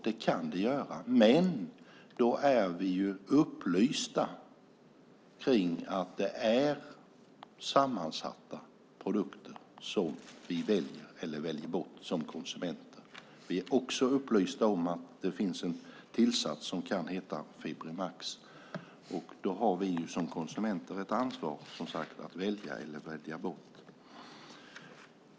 Det kan det göra, men då är vi upplysta om att det är sammansatta produkter som vi konsumenter väljer eller väljer bort. Vi är också upplysta om att det finns en tillsats som kan heta Fibrimex. Vi konsumenter har ett ansvar att välja eller välja bort.